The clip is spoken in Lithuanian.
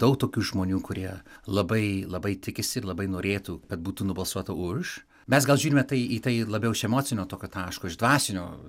daug tokių žmonių kurie labai labai tikisi ir labai norėtų kad būtų nubalsuota už mes gal žiūrime tai į tai labiau iš emocinio tokio taško iš dvasinio